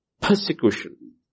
persecution